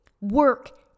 work